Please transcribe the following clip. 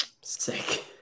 Sick